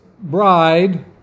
bride